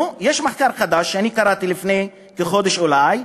נו, יש מחקר חדש שאני קראתי לפני כחודש אולי,